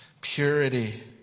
Purity